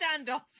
standoff